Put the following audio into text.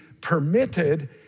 permitted